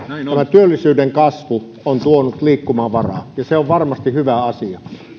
tämä työllisyyden kasvu on tuonut liikkumavaraa ja se on varmasti hyvä asia